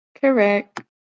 Correct